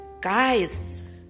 Guys